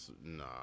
Nah